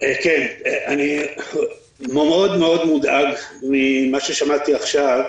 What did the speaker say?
אני מאוד מאוד מודאג ממה ששמעתי עכשיו.